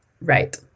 right